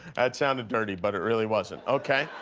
that sounded dirty, but it really wasn't. okay,